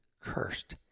cursed